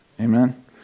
Amen